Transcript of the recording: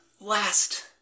last